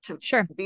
Sure